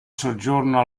soggiorno